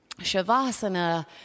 Shavasana